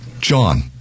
John